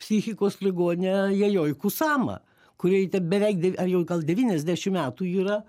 psichikos ligone jajoi kusama kuriai ten beveik dev ar jau gal devyniasdešimt metų yra